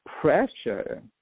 Pressure